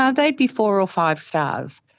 ah they'd be four or five stars.